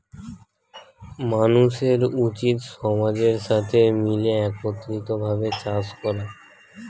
মানুষের উচিত সমাজের সাথে মিলে একত্রিত ভাবে চাষ করা